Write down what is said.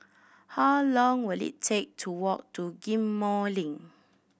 how long will it take to walk to Ghim Moh Link